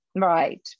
Right